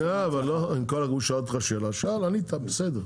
הוא שאל אותך שאלה, שאל, ענית, בסדר.